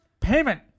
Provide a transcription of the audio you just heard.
payment